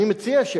אני מציע,